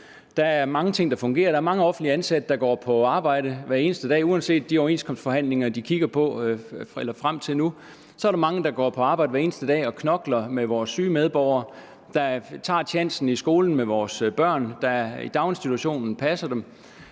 Der er mange ting, der fungerer. Der er mange offentligt ansatte, der går på arbejde hver eneste dag. Uanset hvordan de overenskomstforhandlinger, de kigger frem til nu, ser ud, så er der mange, der går på arbejde hver eneste dag og knokler med vores syge medborgere; der tager tjansen i skolen med vores børn; der i daginstitutionen passer dem,